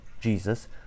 Jesus